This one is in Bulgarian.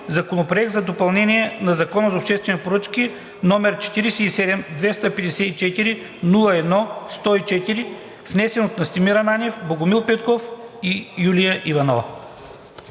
Законопроект за допълнение на Закона за обществените поръчки, № 47-254-01-104, внесен от Настимир Ананиев, Богомил Петков и Юлия Иванова.“